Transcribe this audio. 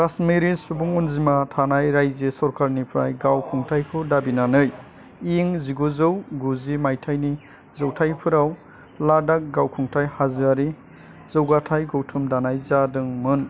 कश्मीरी सुबुं अनजिमा थानाय रायजो सोरकारनिफ्राय गाव खुंथायखौ दाबिनानै इं जिगुजौ गुजि मायथाइनि जौथाइफोराव लादाख गावखुंथाय हाजोयारि जौगाथाय गौथुम दानाय जादोंमोन